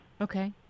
Okay